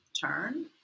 turn